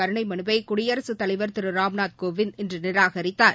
கருணைமனுவைகுடியரசுத் தலைவர் திருராம்நாத் கோவிந்த் இன்றுநிராகரித்தார்